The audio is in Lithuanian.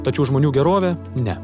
tačiau žmonių gerovė ne